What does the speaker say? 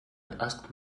asked